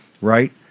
right